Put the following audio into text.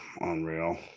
Unreal